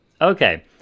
Okay